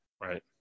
Right